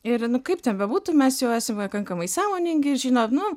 ir nu kaip ten bebūtų mes jau esam pakankamai sąmoningi ir žinot nu